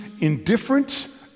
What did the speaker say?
indifference